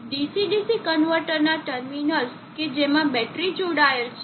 DC DC કન્વર્ટરના terminals કે જેમાં બેટરી જોડાયેલ છે